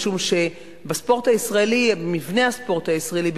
כי במבנה הספורט הישראלי,